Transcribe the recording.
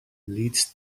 leads